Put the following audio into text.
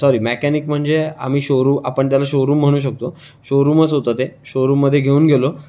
sorry mechanic म्हणजे आम्ही शोरु आपण त्याला शोरूम म्हणू शकतो शोरूमच होतं ते शोरूममध्ये घेऊन गेलो